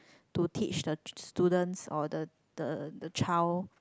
to teach the students or the the the child